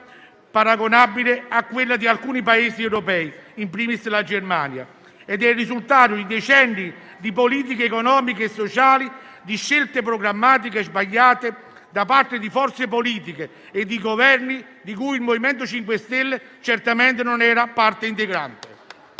paragonabili a quelle di alcuni Paesi europei, *in primis* della Germania, e sono il risultato di decenni di politiche economiche e sociali e di scelte programmatiche sbagliate da parte di forze politiche e di Governi di cui il MoVimento 5 Stelle certamente non era parte integrante.